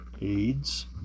AIDS